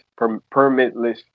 permitless